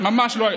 ממש לא.